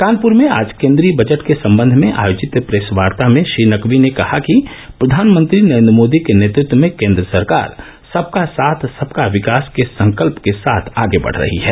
कानपुर में आज केंद्रीय बजट के सम्बंध में आयोजित प्रेस वार्ता में श्री नकवी ने कहा कि प्रधानमंत्री नरेंद्र मोदी के नेतृत्व में केंद्र सरकार सबका साथ सबका विकास के संकल्प के साथ आगे बढ़ रही है